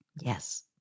Yes